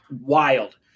wild